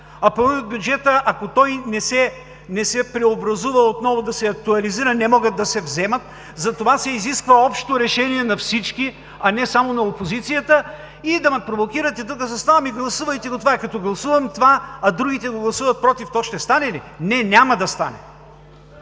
А пари от бюджета, ако той не се преобразува, отново да се актуализира, пари не могат да се вземат. Затова се изисква общо решение на всички, а не само на опозицията. И да ме провокирате тук с това – гласувайте това! Ами като гласувам това, а другите гласуват „против“, то ще стане ли? Не, няма да стане!